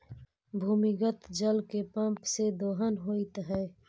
भूमिगत जल के पम्प से दोहन होइत हई